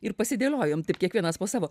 ir pasidėliojom taip kiekvienas po savo